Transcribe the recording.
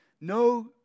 No